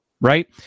right